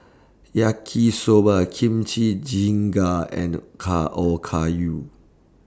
Yaki Soba Kimchi Jjigae and Ka Okayu